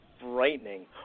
frightening